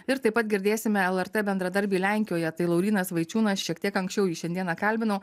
ir taip pat girdėsime lrt bendradarbį lenkijoje tai laurynas vaičiūnas šiek tiek anksčiau jį šiandieną kalbinau